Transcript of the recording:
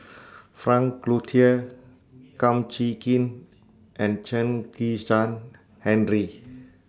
Frank Cloutier Kum Chee Kin and Chen Kezhan Henri